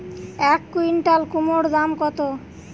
এক কুইন্টাল কুমোড় দাম কত?